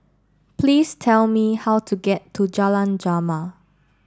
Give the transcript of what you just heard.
please tell me how to get to Jalan Jamal